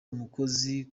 umukozi